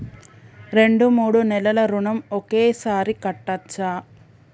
రెండు మూడు నెలల ఋణం ఒకేసారి కట్టచ్చా?